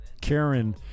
Karen